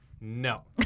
No